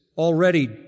Already